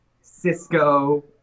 Cisco